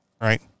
right